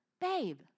babe